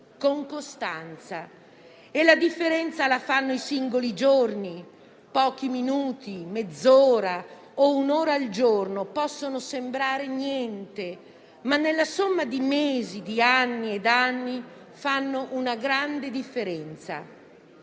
con costanza. E la differenza la fanno i singoli giorni. Pochi minuti, mezz'ora o un'ora al giorno possono sembrare niente, ma nella somma di mesi e anni fanno una grande differenza.